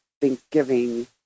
Thanksgiving